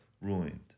ruined